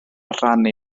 rhannau